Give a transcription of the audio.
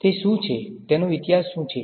તે શું છે તેનો ઇતિહાસ શું છે